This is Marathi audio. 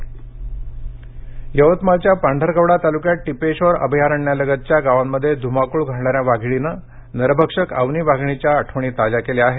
यवतमाळ वाघिण यवतमाळ च्या पांढरकवडा तालुक्यात टिपेश्वर अभयारण्यालगतच्या गावांमध्ये धुमाकूळ घालणाऱ्या वाधिणीने नरभक्षक अवनी वाघिणीच्या आठवणी ताज्या केल्या आहे